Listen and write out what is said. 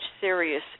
serious